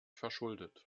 verschuldet